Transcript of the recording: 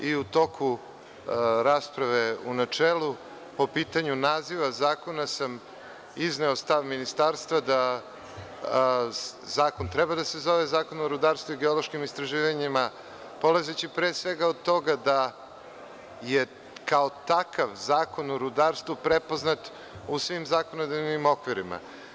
U toku rasprave u načelu, po pitanju naziva zakona, sam izneo stav Ministarstva da zakon treba da se zove Zakon o rudarstvu i geološkim istraživanjima, polazeći od toga da je, kao takav, Zakon o rudarstvu prepoznat u svim zakonodavnim okvirima.